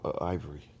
Ivory